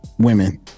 women